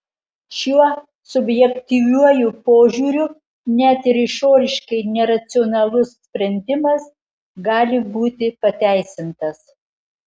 šiuo subjektyviuoju požiūriu net ir išoriškai neracionalus sprendimas gali būti pateisintas